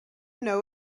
know